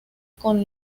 con